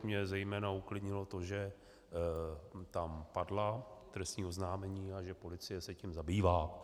Mě zejména uklidnilo to, že tam padla trestní oznámení a že policie se tím zabývá.